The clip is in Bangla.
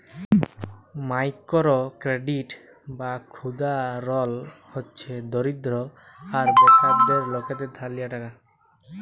মাইকোরো কেরডিট বা ক্ষুদা ঋল হছে দরিদ্র আর বেকার লকদের ধার লিয়া টাকা